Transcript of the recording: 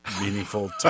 meaningful